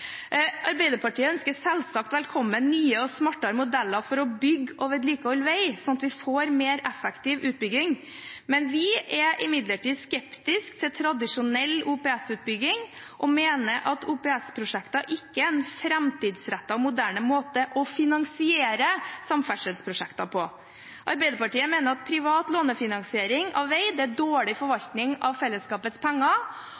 Arbeiderpartiet ønsker selvsagt velkommen nye og smartere modeller for å bygge og vedlikeholde vei, sånn at vi får mer effektiv utbygging, men vi er skeptiske til tradisjonell OPS-utbygging og mener at OPS-prosjekter ikke er en framtidsrettet, moderne måte å finansiere samferdselsprosjekter på. Arbeiderpartiet mener at privat lånefinansiering av vei er dårlig forvaltning av fellesskapets penger,